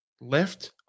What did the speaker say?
left